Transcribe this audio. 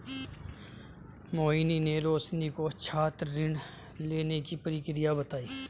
मोहिनी ने रोशनी को छात्र ऋण लेने की प्रक्रिया बताई